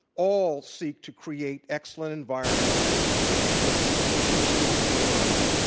all seek to create excellent environments for so teaching and learning.